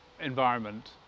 environment